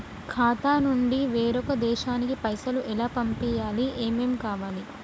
ఖాతా నుంచి వేరొక దేశానికి పైసలు ఎలా పంపియ్యాలి? ఏమేం కావాలి?